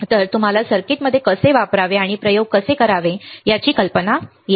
तर तुम्हाला सर्किट कसे वापरावे आणि प्रयोग कसे करावे याची कल्पना येते